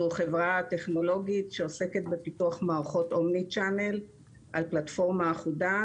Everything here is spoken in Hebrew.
זו חברה טכנולוגית שעוסקת בפיתוח מערכות אומניצ'אנל על פלטפורמה אחודה,